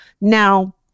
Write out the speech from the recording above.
Now